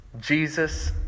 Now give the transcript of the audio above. Jesus